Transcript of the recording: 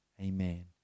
Amen